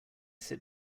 sit